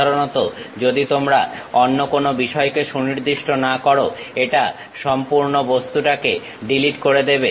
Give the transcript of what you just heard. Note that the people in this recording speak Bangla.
সাধারণত যদি তোমরা অন্য কোনো বিষয়কে সুনির্দিষ্ট না করো এটা সম্পূর্ণ বস্তুটাকে ডিলিট করে দেবে